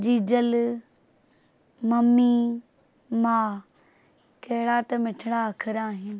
जीजल mummy मां कहिड़ा त मिठड़ा अख़र आहिनि